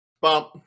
Bump